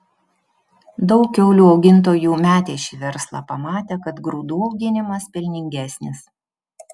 daug kiaulių augintojų metė šį verslą pamatę kad grūdų auginimas pelningesnis